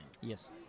Yes